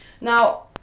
Now